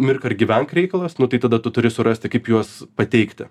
mirk ar gyvenk reikalas nu tai tada tu turi surasti kaip juos pateikti